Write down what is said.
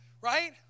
right